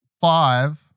Five